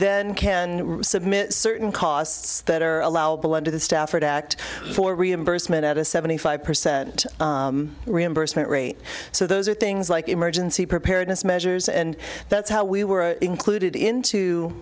then can submit certain costs that are allowable under the stafford act for reimbursement at a seventy five percent reimbursement rate so those are things like emergency preparedness measures and that's how we were included into